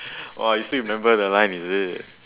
!wah! you still remember the line is it